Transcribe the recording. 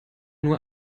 nur